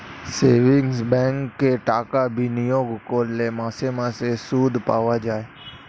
savings ব্যাঙ্কে টাকা বিনিয়োগ করলে মাসে মাসে সুদ পাওয়া যায়